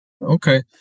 Okay